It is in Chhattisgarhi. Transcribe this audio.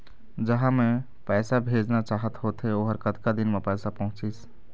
जहां मैं पैसा भेजना चाहत होथे ओहर कतका दिन मा पैसा पहुंचिस?